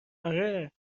آره